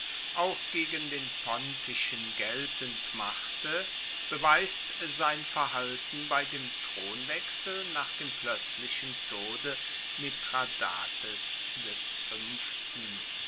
auch gegen den pontischen geltend machte beweist sein verhalten bei dem thronwechsel nach dem plötzlichen tode mithradates v